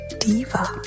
Diva